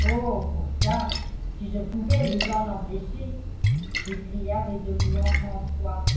oh pour ça si je pouvais les en empêcher s'écria résolument françois